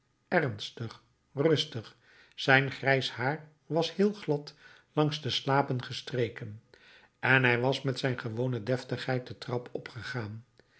ernstig rustig zijn grijs haar was heel glad langs de slapen gestreken en hij was met zijn gewone deftigheid de trap opgegaan